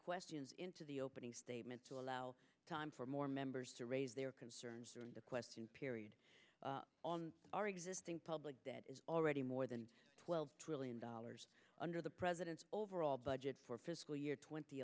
questions into the opening statement to allow time for more members to raise their concerns during the question period on our existing public that is already more than twelve trillion dollars under the president's overall budget for fiscal year twenty